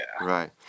right